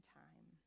time